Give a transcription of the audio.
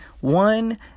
one